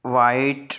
white